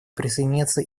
присоединятся